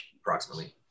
approximately